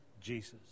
Jesus